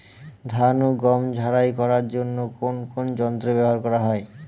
ধান ও গম ঝারাই করার জন্য কোন কোন যন্ত্র ব্যাবহার করা হয়?